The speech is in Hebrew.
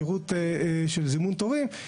שירות של זימון תורים,